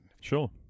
Sure